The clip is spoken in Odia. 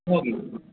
ନୁହଁ କି